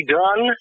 done